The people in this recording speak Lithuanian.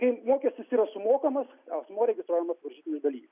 ir mokestis yra sumokamas asmuo registruojamas varžytinių dalyviu